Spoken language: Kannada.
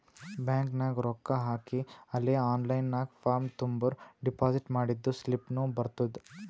ಬ್ಯಾಂಕ್ ನಾಗ್ ರೊಕ್ಕಾ ಹಾಕಿ ಅಲೇ ಆನ್ಲೈನ್ ನಾಗ್ ಫಾರ್ಮ್ ತುಂಬುರ್ ಡೆಪೋಸಿಟ್ ಮಾಡಿದ್ದು ಸ್ಲಿಪ್ನೂ ಬರ್ತುದ್